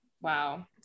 wow